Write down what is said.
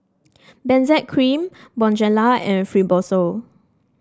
Benzac Cream Bonjela and Fibrosol